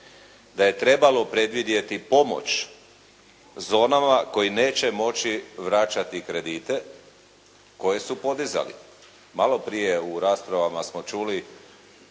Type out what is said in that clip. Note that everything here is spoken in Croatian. da je trebalo predvidjeti pomoć zonama koje neće moći vraćati kredite koje su podizali. Malo prije u raspravama smo čuli